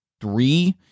three